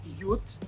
youth